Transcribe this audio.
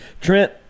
Trent